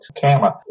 camera